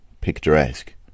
picturesque